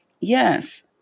Yes